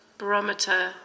barometer